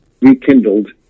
rekindled